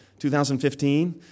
2015